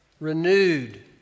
renewed